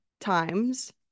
times